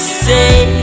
say